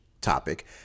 topic